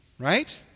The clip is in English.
Right